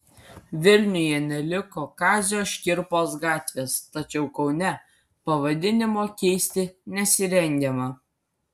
vilniuje neliko kazio škirpos gatvės tačiau kaune pavadinimo keisti nesirengiama